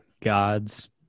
gods